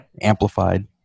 amplified